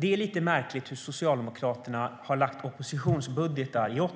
Det är lite märkligt att Socialdemokraterna i åtta års tid har lagt oppositionsbudgetar